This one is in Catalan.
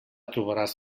trobaràs